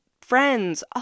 friends